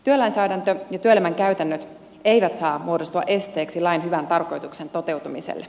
työlainsäädäntö ja työelämän käytännöt eivät saa muodostua esteeksi lain hyvän tarkoituksen toteutumiselle